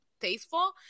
tasteful